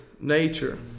nature